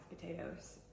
potatoes